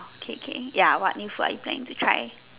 okay K ya what new food are you planning to try